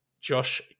Josh